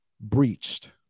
breached